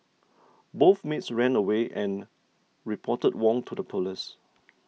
both maids ran away and reported Wong to the police